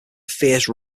fierce